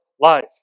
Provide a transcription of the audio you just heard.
life